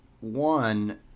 one